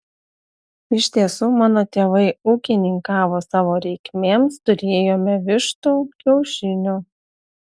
iš tiesų mano tėvai ūkininkavo savo reikmėms turėjome vištų kiaušinių